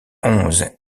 onze